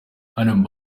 hano